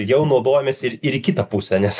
jau naudojamės ir ir į kitą pusę nes